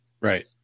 right